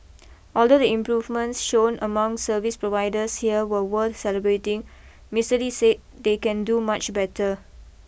although the improvements shown among service providers here were worth celebrating Mister Lee said they can do much better